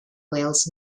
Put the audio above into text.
wales